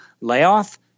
layoff